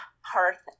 hearth